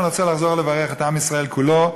אני רוצה לחזור ולברך את עם ישראל כולו בשלום.